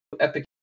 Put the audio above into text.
Epic